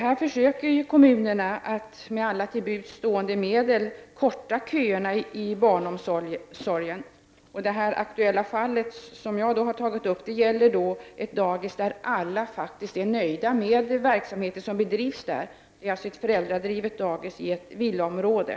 Här försöker kommunerna att med alla till buds stående medel korta köerna inom barnomsorgen. Det aktuella fall som jag har tagit upp gäller ett daghem där alla är nöjda med den verksamhet som bedrivs. Det är ett föräldradrivet daghem i ett villaområde.